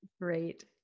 Great